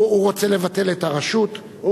הוא רוצה לבטל את הרשות,